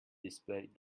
displayed